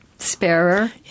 Sparer